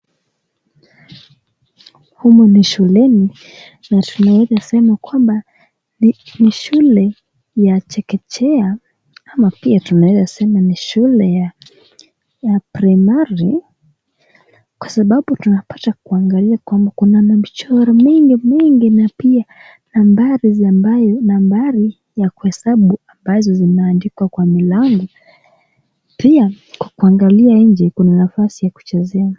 Humu ni shuleni natunaweza kusema kwamba ni shule ya chekechea ama pia tunaweza kusema ni shule ya primari kwa sababu tunapata kuangalia kwamba kuna mchoro mingi na pia nambari ya kuesabu ambazo zimeandikwa kwa malango na pia ukiangalia nje kuna nafasi ya kuchezea.